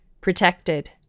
protected